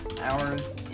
hours